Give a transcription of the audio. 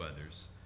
others